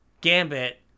gambit